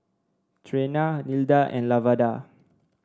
Trena Nilda and Lavada